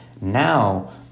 now